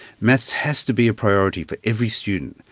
maths has to be a priority for every student,